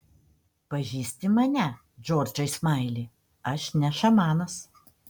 pažįsti mane džordžai smaili aš ne šamanas